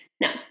Now